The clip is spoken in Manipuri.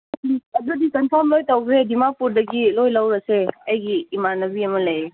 ꯎꯝ ꯑꯗꯨꯗꯤ ꯀꯝꯐꯥꯝ ꯂꯣꯏꯅ ꯇꯧꯈ꯭ꯔꯦ ꯗꯤꯃꯥꯄꯨꯔꯗꯒꯤ ꯂꯣꯏꯅ ꯂꯧꯔꯁꯦ ꯑꯩꯒꯤ ꯏꯃꯥꯟꯅꯕꯤ ꯑꯃ ꯂꯩꯌꯦ